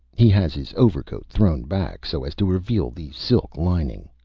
he has his overcoat thrown back, so as to reveal the silk lining.